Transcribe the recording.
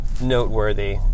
noteworthy